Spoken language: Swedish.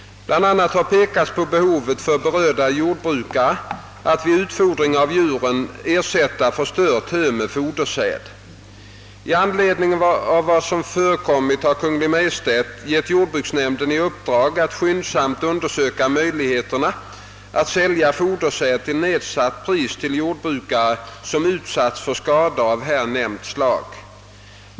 Bland annat har pekats på behovet för berörda jordbrukare att vid utfodringen av djuren ersätta förstört hö med fodersäd. I anledning av vad som förekommit har Kungl. Maj:t gett jordbruksnämnden i uppdrag att skyndsamt undersöka möjligheterna att sälja fodersäd till nedsatt pris till jordbrukare, som ut satts för skador av här nämnt slag.